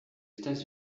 états